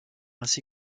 ainsi